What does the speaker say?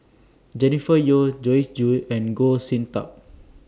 Jennifer Yeo Joyce Jue and Goh Sin Tub